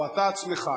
או אתה עצמך,